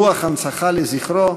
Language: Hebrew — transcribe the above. כיכר לזכרו,